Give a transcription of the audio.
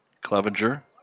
Clevenger